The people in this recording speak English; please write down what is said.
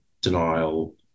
denial